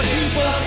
people